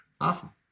awesome